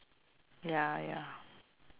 ya ya